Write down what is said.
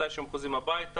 מתי שהם חוזרים הבית,